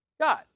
God